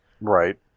Right